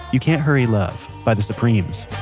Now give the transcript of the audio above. you can't hurry love by the supremes